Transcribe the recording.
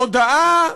הודאה,